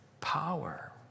power